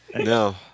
No